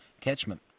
catchment